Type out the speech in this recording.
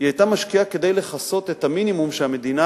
היא היתה משקיעה כדי לכסות את המינימום שהמדינה